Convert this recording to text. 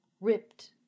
ripped